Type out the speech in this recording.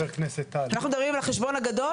אנחנו מדברים על החשבון הגדול.